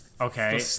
okay